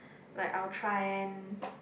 like I will try and